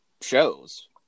shows